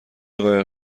قایق